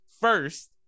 first